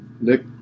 Nick